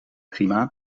prima